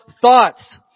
thoughts